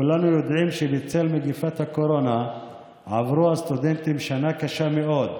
כולנו יודעים שבצל מגפת הקורונה עברו הסטודנטים שנה קשה מאוד,